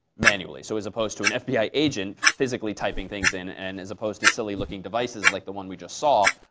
manually. so as opposed to an fbi agent physically typing things in, and as opposed to silly looking devices like the one we just saw,